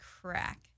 crack